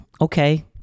okay